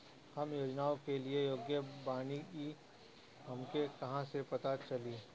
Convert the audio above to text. हम योजनाओ के लिए योग्य बानी ई हमके कहाँसे पता चली?